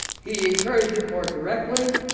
he encouraged it more directly,